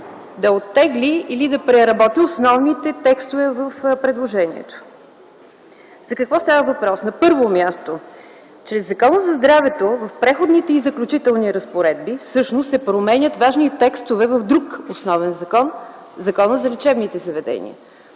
да оттегли или да преработи основните текстове в предложението? За какво става въпрос? На първо място, чрез Закона за здравето в Преходните и заключителни разпоредби всъщност се променят важни текстове в друг основен закон – Закона за лечебните заведения.